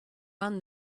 won